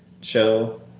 show